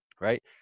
Right